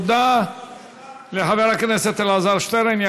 תודה לחבר הכנסת אלעזר שטרן.